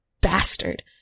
bastard